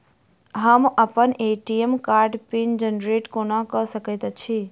हम अप्पन ए.टी.एम कार्डक पिन जेनरेट कोना कऽ सकैत छी?